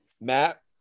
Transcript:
Matt